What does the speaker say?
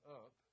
up